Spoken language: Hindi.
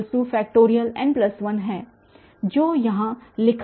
है जो यहाँ लिखा है